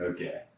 Okay